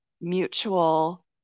mutual